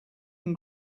can